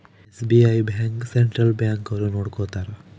SBI bank central bank ಅವ್ರು ನೊಡ್ಕೋತರ